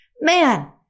man